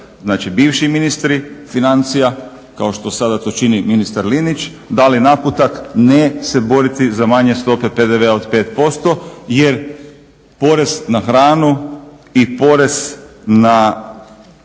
bivši ministri financija, kao što sada to čini ministar Linić, dali naputak ne se boriti za manje stope PDV-a od 5% jer porez na hranu i porez na